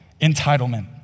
entitlement